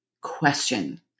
question